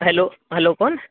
hello hello कोण